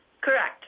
Correct